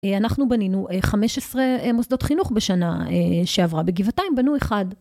אנחנו בנינו 15 מוסדות חינוך בשנה שעברה. בגבעתיים, בנו אחד.